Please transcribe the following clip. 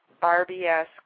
Barbie-esque